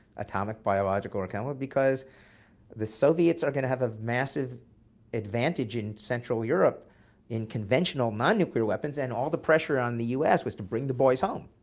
atomic, biological or chemical, because the soviets are going to have a massive advantage in central europe in conventional non-nuclear weapons. and all the pressure on the us was to bring the boys home.